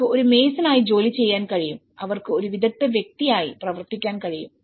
അവർക്ക് ഒരു മേസൺ ആയി ജോലി ചെയ്യാൻ കഴിയും അവർക്ക് ഒരു വിദഗ്ദ്ധ വ്യക്തിയായി പ്രവർത്തിക്കാൻ കഴിയും